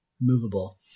movable